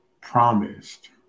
promised